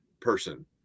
person